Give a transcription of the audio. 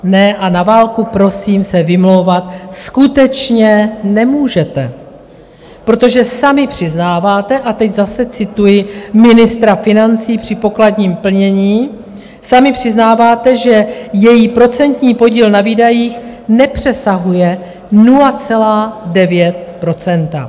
Ne, a na válku, prosím, se vymlouvat skutečně nemůžete, protože sami přiznáváte, a teď zase cituji ministra financí při pokladním plnění, sami přiznáváte, že její procentní podíl na výdajích nepřesahuje 0,9 %.